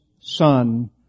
son